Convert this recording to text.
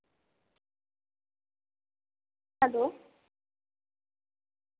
hello